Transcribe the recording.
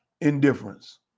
indifference